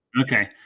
Okay